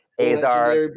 Azar